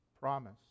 promise